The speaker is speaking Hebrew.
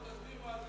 בוא תסביר מה זה.